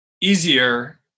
easier